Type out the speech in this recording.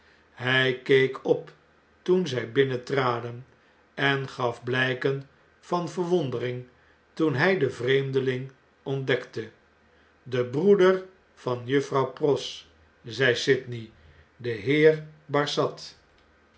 hij keek op toen zg binnentraden en gaf blyken van verwondering toen hjj den vreem deling ontdekte de broeder van juffrouw pross zei sydney de heer barsad